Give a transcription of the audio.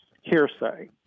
hearsay